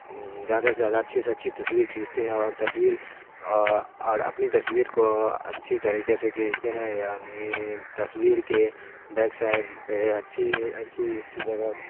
زیادہ سے زیادہ اچھی سے اچھی تصویر کھینچتے ہیں اور تصویر اور اپنی تصویر کو اچھی طریقے سے کھینچتے ہیں یعنی تصویر کے بیک سائڈ پہ اچھی اچھی اچھی جگہ